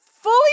fully